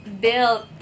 built